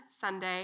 Sunday